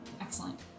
excellent